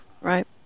Right